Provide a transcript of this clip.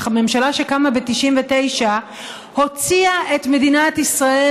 הממשלה שקמה ב-1999 הוציאה את מדינת ישראל